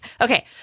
okay